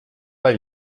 pas